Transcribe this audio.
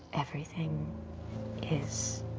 everything is